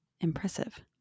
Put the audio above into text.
impressive